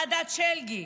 ועדת שלגי,